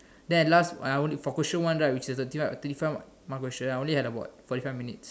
then at last when I for question one right which is a twenty twenty five mark question I only had like about forty five minutes